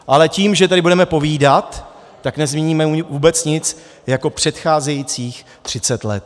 Ale tím, že tady budeme povídat, tak nezměníme vůbec nic jako předcházejících třicet let.